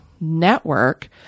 network